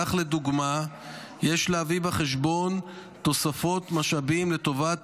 כך לדוגמה יש להביא בחשבון תוספות משאבים לטובת